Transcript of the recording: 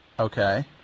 Okay